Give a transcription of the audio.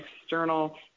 external